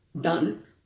done